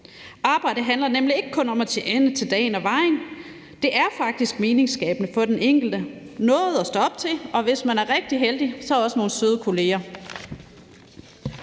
Arbejde handler nemlig ikke kun om at tjene til dagen og vejen. Det er faktisk meningsskabende for den enkelte med noget at stå op til, og hvis man er rigtig heldig så også nogle søde kolleger.